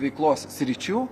veiklos sričių